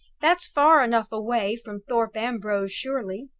that's far enough away from thorpe ambrose, surely?